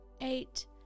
eight